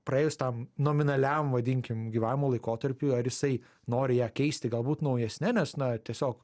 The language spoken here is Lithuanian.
praėjus tam nominaliam vadinkim gyvavimo laikotarpiui ar jisai nori ją keisti galbūt naujesne nes na tiesiog